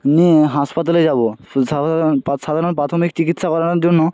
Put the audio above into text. নিয়ে হাসপাতালে যাব সাধারণ পাত সাধারণ প্রাথমিক চিকিৎসা করানোর জন্য